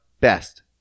best